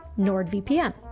NordVPN